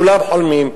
כולם חולמים.